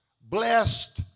blessed